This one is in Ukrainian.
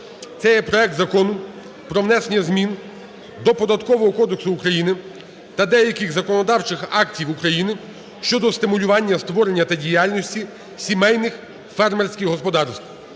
Це є проект Закону про внесення змін до Податкового кодексу України та деяких законодавчих актів України щодо стимулювання створення та діяльності сімейних фермерських господарств